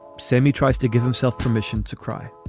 sammy tries to give himself permission to cry